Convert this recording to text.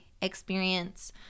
experience